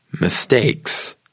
mistakes